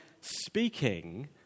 speaking